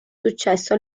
successo